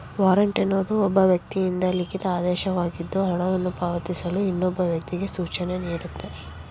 warrant ಎನ್ನುವುದು ಒಬ್ಬ ವ್ಯಕ್ತಿಯಿಂದ ಲಿಖಿತ ಆದೇಶವಾಗಿದ್ದು ಹಣವನ್ನು ಪಾವತಿಸಲು ಇನ್ನೊಬ್ಬ ವ್ಯಕ್ತಿಗೆ ಸೂಚನೆನೀಡುತ್ತೆ